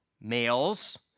males